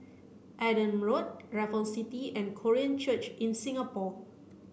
Adam Road Raffles City and Korean Church in Singapore